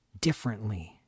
differently